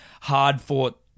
hard-fought